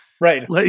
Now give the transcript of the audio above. Right